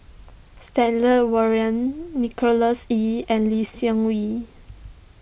Stanley Warren Nicholas Ee and Lee Seng Wee